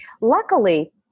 Luckily